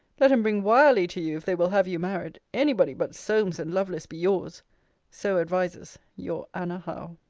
let em bring wyerley to you, if they will have you married any body but solmes and lovelace be yours so advises your anna howe.